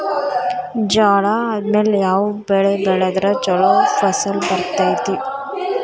ಜ್ವಾಳಾ ಆದ್ಮೇಲ ಯಾವ ಬೆಳೆ ಬೆಳೆದ್ರ ಛಲೋ ಫಸಲ್ ಬರತೈತ್ರಿ?